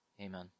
Amen